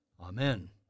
Amen